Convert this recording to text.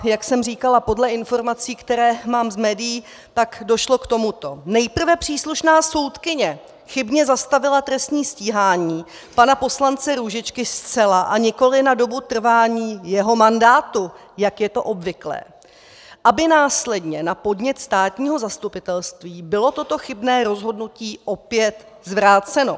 Jak jsem říkala, podle informací, které mám z médií, došlo k tomuto: Nejprve příslušná soudkyně chybně zastavila trestní stíhání pana poslance Růžičky zcela, a nikoliv na dobu trvání jeho mandátu, jak je to obvyklé, aby následně na podnět státního zastupitelství bylo toto chybné rozhodnutí opět zvráceno.